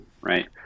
right